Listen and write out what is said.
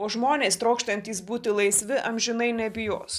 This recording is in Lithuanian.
o žmonės trokštantys būti laisvi amžinai nebijos